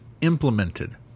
implemented